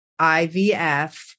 IVF